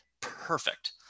perfect